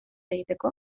egiteko